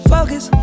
Focus